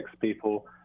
people